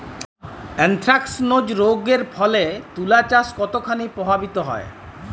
Anthracnose রোগ এর ফলে তুলাচাষ কতখানি প্রভাবিত হয়?